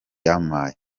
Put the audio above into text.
yampaye